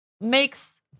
makes